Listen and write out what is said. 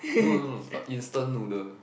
no no no instant noodle